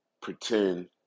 pretend